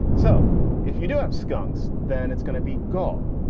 so if you do have skunks, then it's going to be goal.